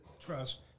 trust